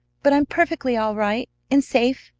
but i'm perfectly all right and safe.